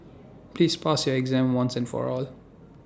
please pass your exam once and for all